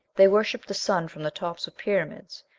they worshipped the sun from the tops of pyramids.